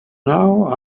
now